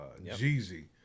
Jeezy